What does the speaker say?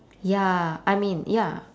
ya I mean ya